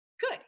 good